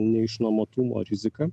neišnuomotumo rizika